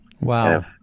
Wow